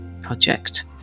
project